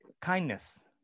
kindness